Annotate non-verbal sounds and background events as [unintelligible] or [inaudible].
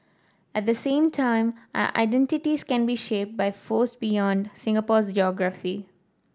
at the same time our identities can be shaped by force beyond Singapore's [unintelligible]